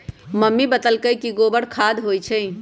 mummy बतअलई कि गोबरो खाद होई छई